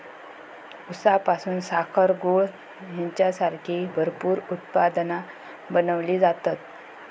ऊसापासून साखर, गूळ हेंच्यासारखी भरपूर उत्पादना बनवली जातत